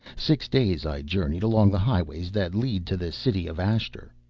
six days i journeyed along the highways that lead to the city of ashter,